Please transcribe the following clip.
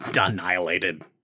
annihilated